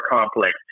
complex